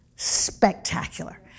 Spectacular